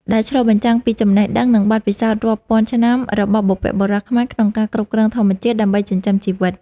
ដែលឆ្លុះបញ្ចាំងពីចំណេះដឹង និងបទពិសោធន៍រាប់ពាន់ឆ្នាំរបស់បុព្វបុរសខ្មែរក្នុងការគ្រប់គ្រងធម្មជាតិដើម្បីចិញ្ចឹមជីវិត។